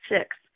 six